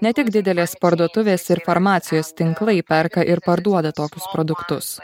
ne tik didelės parduotuvės ir farmacijos tinklai perka ir parduoda tokius produktus